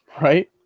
Right